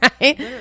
right